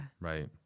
right